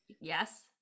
Yes